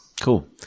Cool